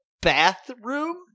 bathroom